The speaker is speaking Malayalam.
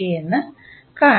എന്ന് കാണാം